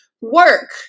work